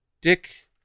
Dick